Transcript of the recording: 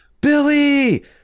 Billy